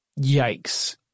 yikes